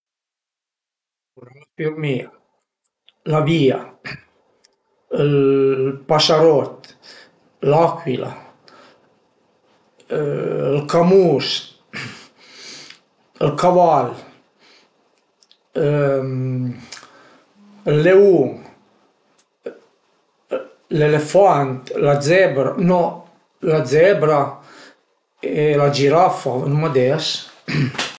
La fürmìa, l'avìa, ël pasarot, l'acuila, ël camus, ël caval, ël leun, l'elefant, la zebra no la zebra e la girafa, suma a des?